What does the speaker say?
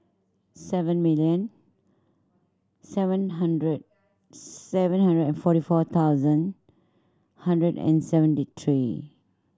seven million seven hundred seven hundred and forty four thousand hundred and seventy three